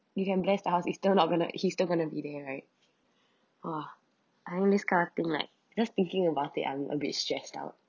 you can bless the house it still not gonna he's still gonna be there right !wah! I know this kind of thing like just thinking about it I'm a bit stressed out